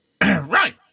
right